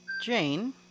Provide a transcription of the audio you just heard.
Jane